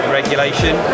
regulation